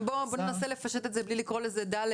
ננסה לפשט את זה בלי לקרוא לזה (ד),